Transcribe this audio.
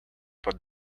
but